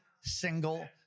single